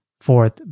Fourth